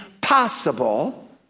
possible